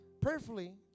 prayerfully